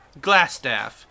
Glassstaff